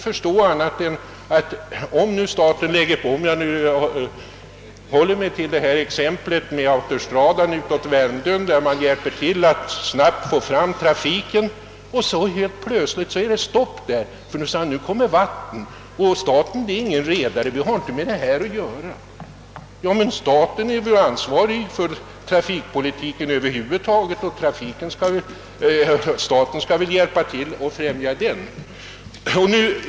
Låt mig hålla mig till exemplet vid autostradan mot Värmdö. Den hjälper till att snabbt få fram trafiken. Så helt plötsligt är det stopp, ty nu kommer man till vatten. Men staten är ingen redare, har inte med sjötrafik att göra, invändes det. Ja, staten är ju ansvarig för trafikpolitiken över huvud taget, och staten skall väl främja också båttrafiken.